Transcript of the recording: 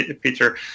Peter